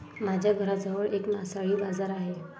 माझ्या घराजवळ एक मासळी बाजार आहे